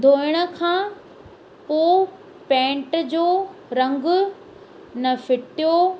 धोइण खां पोइ पैंट जो रंग न फिटियो